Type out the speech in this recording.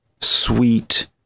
sweet